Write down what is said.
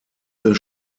des